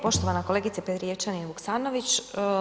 Poštovana kolegice Petrijevčanin-Vuksanović.